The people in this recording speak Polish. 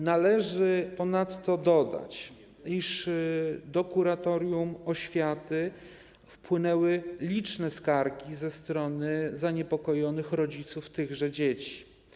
Należy ponadto dodać, iż do kuratorium oświaty wpłynęły liczne skargi ze strony zaniepokojonych rodziców tychże dzieci.